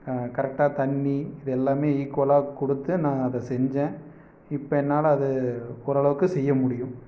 கரெக்டாக தண்ணி எல்லாமே ஈக்குவலாக கொடுத்து நான் அதை செஞ்சேன் இப்போ என்னால் அது ஓரளவுக்கு செய்ய முடியும்